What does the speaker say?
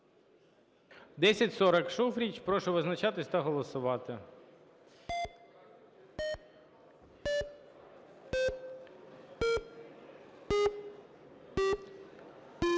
Шуфрич. Прошу визначатись та голосувати.